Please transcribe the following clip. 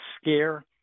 scare